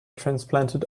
transplanted